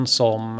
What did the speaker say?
som